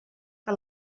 que